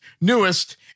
newest